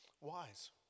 wise